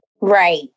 Right